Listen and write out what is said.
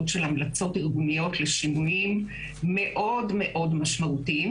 של המלצות ארגוניות לשינויים מאוד-מאוד משמעותיים.